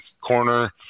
corner